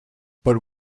but